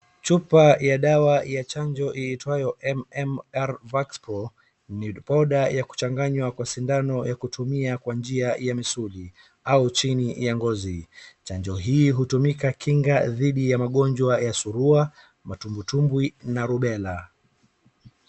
chupa ya dawa ya chanjo iitwayo MMRvaxPro ni powder ya kuchanganya kwa sindano kwa kutumia kwa njia ya misuli au chini ya ngozi ,chanjo hii hutumika kinga dhidi ya magonjwa ya surua, mtumbwi na rubela